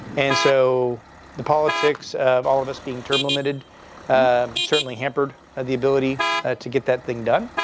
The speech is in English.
and so the politics of all of us being term limited certainly hampered ah the ability to get that thing done.